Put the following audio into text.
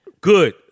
Good